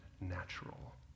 natural